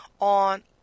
on